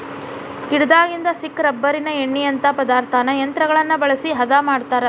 ಗಿಡದಾಗಿಂದ ಸಿಕ್ಕ ರಬ್ಬರಿನ ಎಣ್ಣಿಯಂತಾ ಪದಾರ್ಥಾನ ಯಂತ್ರಗಳನ್ನ ಬಳಸಿ ಹದಾ ಮಾಡತಾರ